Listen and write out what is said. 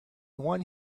one